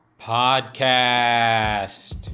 podcast